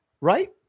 right